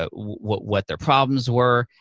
ah what what their problems were,